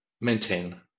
maintain